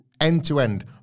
end-to-end